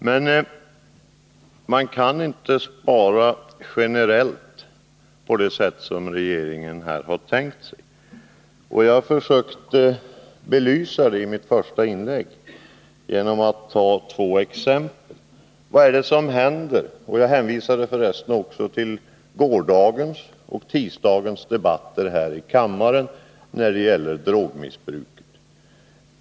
Men man kan inte spara generellt på det sätt som regeringen har tänkt sig. Jag försökte i mitt föregående inlägg belysa det genom att anföra två exempel. Jag hänvisade för resten också till gårdagens och tisdagens debatter här i kammaren om drogmissbruket.